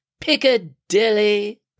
Piccadilly